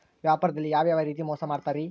ವ್ಯಾಪಾರದಲ್ಲಿ ಯಾವ್ಯಾವ ರೇತಿ ಮೋಸ ಮಾಡ್ತಾರ್ರಿ?